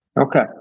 Okay